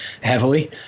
heavily